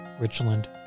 Richland